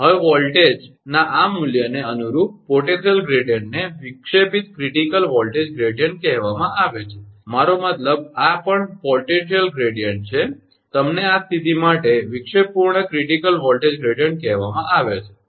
હવે વોલ્ટેજના આ મૂલ્યને અનુરૂપ પોટેન્શિયલ ગ્રેડીયંટને વિક્ષેપિત ક્રિટિકલ વોલ્ટેજ ગ્રેડીયંટ કહેવામાં આવે છે મારો મતલબ કે આ જે પણ પોટેન્શિયલ ગ્રેડીયંટ છે તેમને આ સ્થિતિ માટે વિક્ષેપપૂર્ણ ક્રિટિકલ વોલ્ટેજ ગ્રેડીયંટ કહેવામાં આવે છે બરાબર